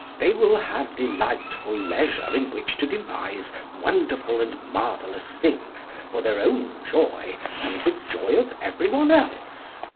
they will have delightful leisure in which to devise wonderful and marvellous things for their own joy and the joy of everyone else.